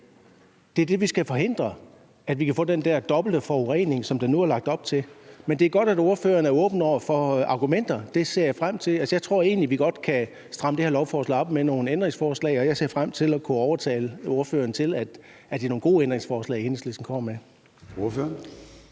Det er det, vi skal forhindre, altså at man kan få den der dobbelte forurening, som der nu er lagt op til. Men det er godt, at ordføreren er åben over for argumenter. Jeg tror egentlig, vi godt kan stramme det her lovforslag op med nogle ændringsforslag, og jeg ser frem til at kunne overtale ordføreren til at synes, at det er nogle gode ændringsforslag, Enhedslisten kommer med.